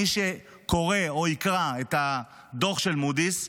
מי שקורא או יקרא את הדוח של מודי'ס,